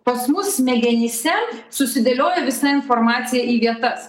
pas mus smegenyse susidėlioja visa informacija į vietas